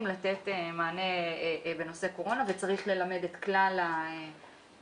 לתת מענה בנושא קורונה וצריך ללמד את כלל הנציגים.